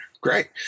Great